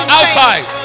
outside